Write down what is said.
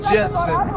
Jetson